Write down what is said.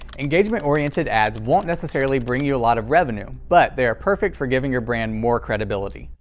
engagement-oriented ads won't necessarily bring you a lot of revenue, but they are perfect for giving your brand more credibility.